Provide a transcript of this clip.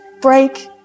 break